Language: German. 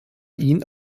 ihn